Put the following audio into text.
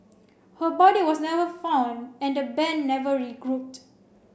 her body was never found and the band never regrouped